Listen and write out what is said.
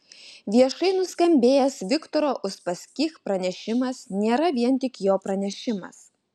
viešai nuskambėjęs viktoro uspaskich pranešimas nėra vien tik jo pranešimas